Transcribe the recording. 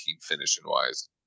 finishing-wise